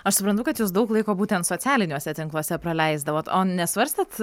aš suprantu kad jūs daug laiko būtent socialiniuose tinkluose praleisdavot o nesvarstėt